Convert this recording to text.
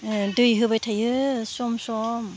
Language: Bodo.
दै होबाय थायो सम सम